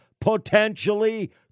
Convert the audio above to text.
potentially